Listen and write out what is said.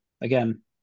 again